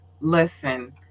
listen